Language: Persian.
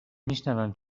میشونم